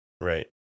Right